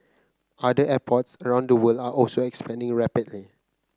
other airports around the world are also expanding rapidly